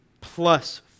plus